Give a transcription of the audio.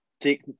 take